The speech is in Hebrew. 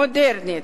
מודרנית,